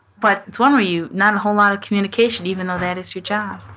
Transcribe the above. but it's one where you not a whole lot of communication even though that is your job